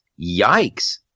yikes